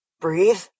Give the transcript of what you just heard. Breathe